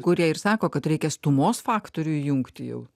kurie ir sako kad reikia stūmos faktorių įjungti jau